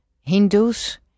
Hindus